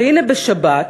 והנה בשבת,